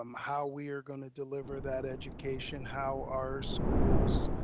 um how we are gonna deliver that education, how our schools,